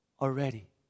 already